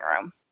room